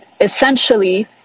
essentially